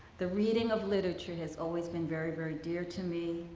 the reading of literature has always been very, very dear to me.